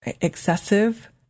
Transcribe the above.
excessive